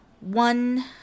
One